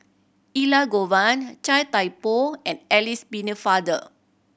Elangovan Chia Thye Poh and Alice Pennefather